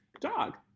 Dog